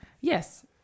Yes